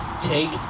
take